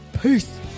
peace